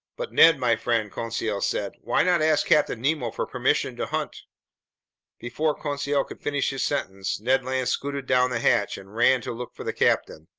but ned my friend, conseil said, why not ask captain nemo for permission to hunt before conseil could finish his sentence, ned land scooted down the hatch and ran to look for the captain.